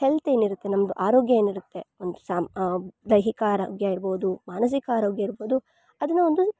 health ಏನಿರತ್ತೆ ನಮ್ದು ಆರೋಗ್ಯ ಏನಿರತ್ತೆ ಒಂದ್ ಸಾಮ್ ದೈಹಿಕ ಆರೋಗ್ಯ ಇರ್ಬೌದು ಮಾನಸಿಕ ಆರೋಗ್ಯ ಇರ್ಬೌದು ಅದನ್ನ ಒಂದು